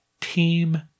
team